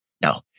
No